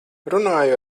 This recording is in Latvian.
runāju